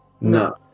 No